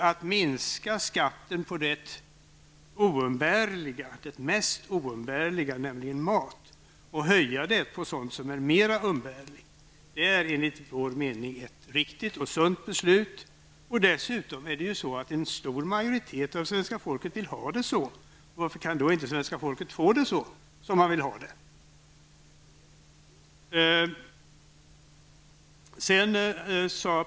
Att minska skatten på det mest oumbärliga, nämligen mat, och höja den på sådant som är mera umbärligt är enligt vår mening ett riktigt och sunt beslut. Dessutom vill en stor majoritet av svenska folket ha det så. Varför kan då inte svenska folket få det så som man vill ha det?